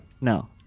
No